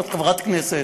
את חברת כנסת.